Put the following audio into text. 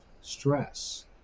stress